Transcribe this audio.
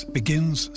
begins